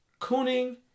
cooning